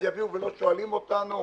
אז יביאו ולא שואלים אותנו.